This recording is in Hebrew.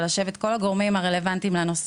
וכל הגורמים הרלוונטיים צריכים לשבת על הנושא,